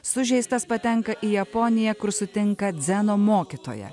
sužeistas patenka į japoniją kur sutinka dzeno mokytoją